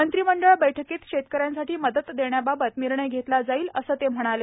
मंत्रिमंडळ बैठकीत शेतकऱ्यांसाठी मदत देण्याबाबत निर्णय घेतला जाईल असं ते म्हणाले